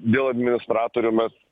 dėl administratorių mes